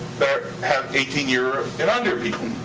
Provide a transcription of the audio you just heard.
that have eighteen year and under people?